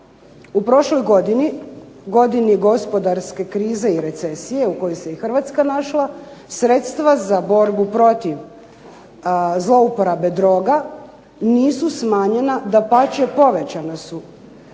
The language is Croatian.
u prošloj godini, godini gospodarske krize i recesije u kojoj se i Hrvatska našla, sredstva za borbu protiv zlouporabe droga nisu smanjena, dapače povećana su.